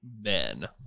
men